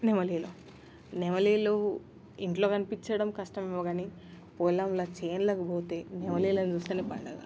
నెమలులు నెమలులు ఇంట్లో కనిపించడం కష్టమేమో కానీ పొలంలో చేనులోకి పోతే నెమలిని చూస్తేనే పండగ